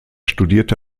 studierte